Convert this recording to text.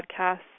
Podcasts